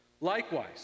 Likewise